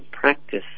practice